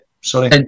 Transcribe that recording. sorry